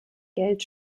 geld